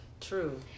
true